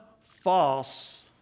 false